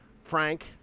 Frank